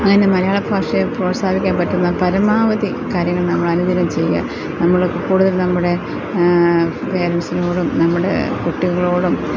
അങ്ങനെ മലയാള ഭാഷയെ പ്രോത്സാഹിക്കാൻ പറ്റുന്ന പരമാവധി കാര്യങ്ങൾ നമ്മളനുദിനം ചെയ്യുക നമ്മള് കൂടുതൽ നമ്മുടെ പേരൻസ്റ്റിനോടും നമ്മുടെ കുട്ടികളോടും